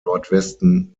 nordwesten